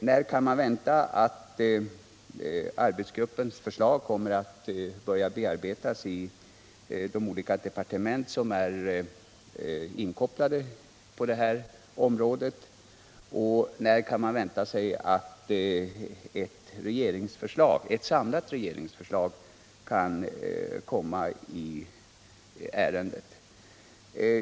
När kan man vänta att arbetsgruppens förslag kommer att börja bearbetas i de olika departement som är inkopplade, och när kan ett samlat regeringsförslag i ärendet framläggas?